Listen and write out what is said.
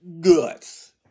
guts